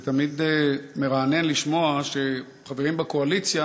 זה תמיד מרענן לשמוע שחברים בקואליציה